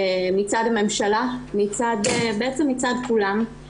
מצד הממשלה, בעצם מצד כולם.